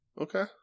Okay